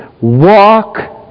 walk